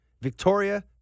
Victoria